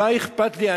מה אכפת לי,